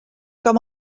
com